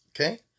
Okay